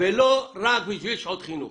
ולא רק בשביל שעות חינוך.